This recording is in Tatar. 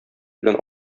белән